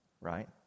right